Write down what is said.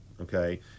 okay